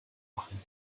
machen